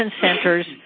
Center's